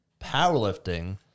powerlifting